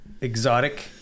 exotic